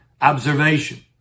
Observation